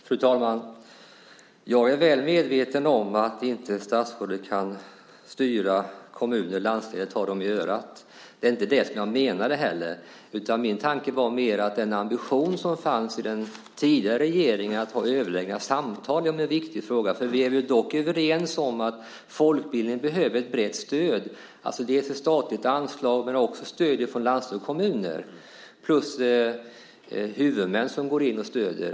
Fru talman! Jag är väl medveten om att inte statsrådet kan styra kommuner och landsting eller ta dem i örat. Det var inte det jag menade heller. Min tanke gällde mer den ambition som fanns i den tidigare regeringen att ha överläggningar och samtal om en viktig fråga. För vi är överens om att folkbildningen behöver ett brett stöd. Den behöver dels ett anslag, dels att landsting och kommuner plus huvudmän går in och stöder.